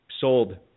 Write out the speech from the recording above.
sold